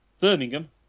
Birmingham